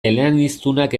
eleaniztunak